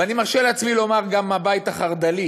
ואני מרשה לעצמי לומר שגם מהבית החרד"לי,